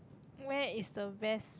where is the best